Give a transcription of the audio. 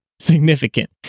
significant